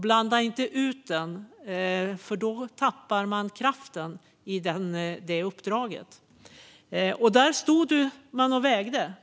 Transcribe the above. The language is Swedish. Blanda inte ut den, för då tappar man kraften i det uppdraget. Där stod man och vägde.